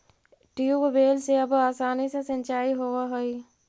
tubewell से अब आसानी से सिंचाई होवऽ हइ